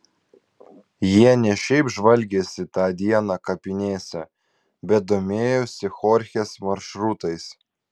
jie ne šiaip žvalgėsi tą dieną kapinėse bet domėjosi chorchės maršrutais